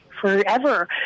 forever